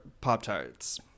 Pop-Tarts